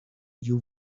you